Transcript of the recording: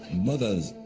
mothers,